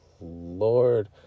Lord